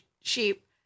sheep